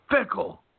Fickle